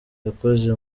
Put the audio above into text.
yakoze